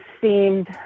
seemed